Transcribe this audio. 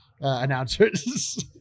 announcers